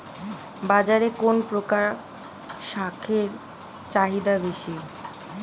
বাজারে কোন প্রকার শাকের চাহিদা বেশী?